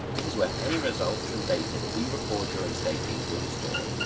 this is where any results and data that we record during staking will be stored.